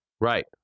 Right